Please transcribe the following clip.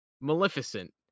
Maleficent